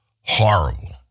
horrible